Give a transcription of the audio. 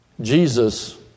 Jesus